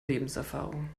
lebenserfahrung